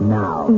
now